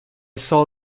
saw